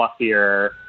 fluffier